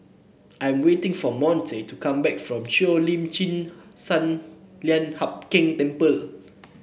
I'm waiting for Monte to come back from Cheo Lim Chin Sun Lian Hup Keng Temple